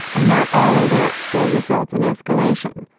and not all alerts will result in escalation.